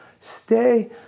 Stay